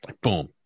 Boom